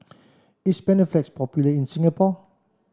is Panaflex popular in Singapore